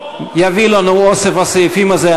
יביא לנו אוסף הסעיפים הזה,